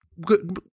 good